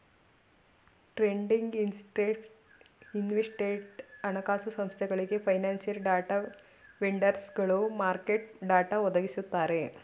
trading, investment, ಹಣಕಾಸು ಸಂಸ್ಥೆಗಳಿಗೆ, financial data ವೆಂಡರ್ಸ್ಗಳು ಮಾರ್ಕೆಟ್ ಡಾಟಾ ಒದಗಿಸುತ್ತಾರೆ